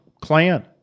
clan